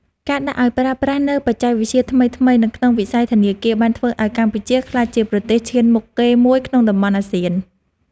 ការដាក់ឱ្យប្រើប្រាស់នូវបច្ចេកវិទ្យាថ្មីៗនៅក្នុងវិស័យធនាគារបានធ្វើឱ្យកម្ពុជាក្លាយជាប្រទេសឈានមុខគេមួយក្នុងតំបន់អាស៊ាន។